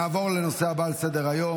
נעבור לנושא הבא על סדר-היום,